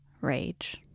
rage